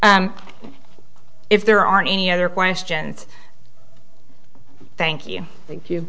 if there aren't any other questions thank you thank you